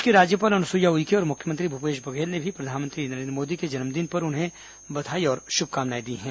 प्रदेश की राज्यपाल अनुसुईया उइके और मुख्यमंत्री भूपेश बघले ने भी प्रधानमंत्री नरेन्द्र मोदी के जन्मदिन पर उन्हें बधाई और शुभकामनाएं दी हैं